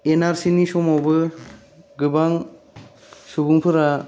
N R C नि समावबो गोबां सुबुंफोरा